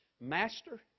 Master